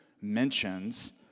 mentions